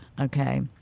Okay